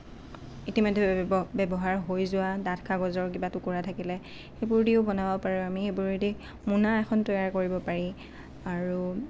ইতিমধ্যে ব্য ব্যৱহাৰ হৈ যোৱা ডাঠ কাগজৰ কিবা টুকুৰা থাকিলে সেইবোৰ দিও বনাব পাৰোঁ আমি সেইবোৰেদি মোনা এখন তৈয়াৰ কৰিব পাৰি আৰু